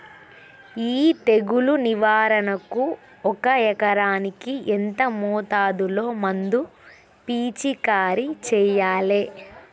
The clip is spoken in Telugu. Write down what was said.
ఈ తెగులు నివారణకు ఒక ఎకరానికి ఎంత మోతాదులో మందు పిచికారీ చెయ్యాలే?